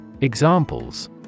Examples